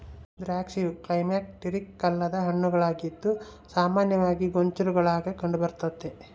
ದ್ರಾಕ್ಷಿಯು ಕ್ಲೈಮ್ಯಾಕ್ಟೀರಿಕ್ ಅಲ್ಲದ ಹಣ್ಣುಗಳಾಗಿದ್ದು ಸಾಮಾನ್ಯವಾಗಿ ಗೊಂಚಲುಗುಳಾಗ ಕಂಡುಬರ್ತತೆ